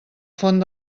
font